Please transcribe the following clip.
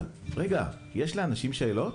לשיש את זה על השולחן.